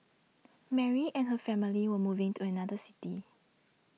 Mary and her family were moving to another city